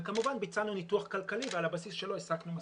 וכמובן ביצענו ניתוח כלכלי ועל הבסיס שלנו הסקנו מסקנות.